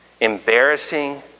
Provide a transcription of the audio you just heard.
Embarrassing